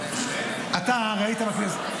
אתה הרי היית בכנסת.